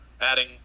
adding